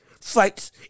fights